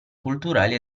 culturali